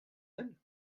d’elle